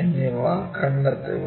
എന്നിവ കണ്ടെത്തുക